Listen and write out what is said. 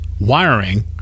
wiring